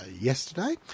yesterday